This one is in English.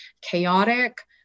chaotic